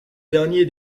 dernier